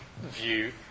view